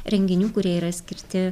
renginių kurie yra skirti